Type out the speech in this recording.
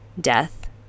death